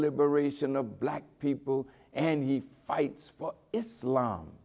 liberation of black people and he fights for islam